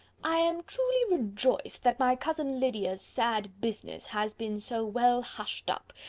i am truly rejoiced that my cousin lydia's sad business has been so well hushed up,